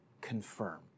confirm